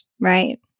Right